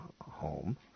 home